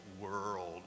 world